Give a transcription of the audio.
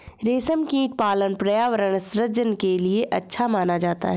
रेशमकीट पालन पर्यावरण सृजन के लिए अच्छा माना जाता है